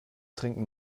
trinken